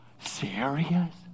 serious